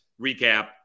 recap